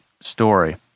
story